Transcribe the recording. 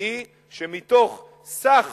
היא שמתוך סך